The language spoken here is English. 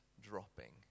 dropping